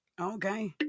okay